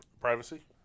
Privacy